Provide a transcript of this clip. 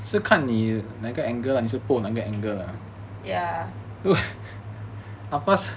ya